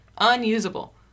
unusable